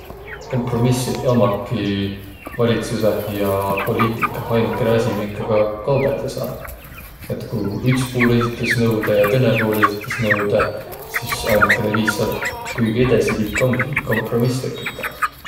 Kompromissiq ommaki valitsusõh ja poliitikah ainukõnõ asi, minkaga kaubõldaq saa. Et ku üts puul esitäs nõudõ ja tõnõ puul esitäs nõudõ, sis ainukõnõ viis säält kuigi edesi liikuq omgi kompromiss tekütäq.